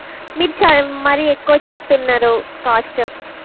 మీరు చ మరి ఎక్కువ చెప్తున్నారు కాస్టు